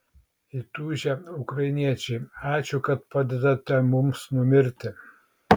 įtūžę ukrainiečiai ačiū kad padedate mums numirti